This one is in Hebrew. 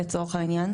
לצורך העניין,